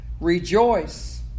Rejoice